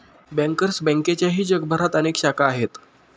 bankers बँकेच्याही जगभरात अनेक शाखा आहेत